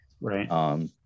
right